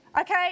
Okay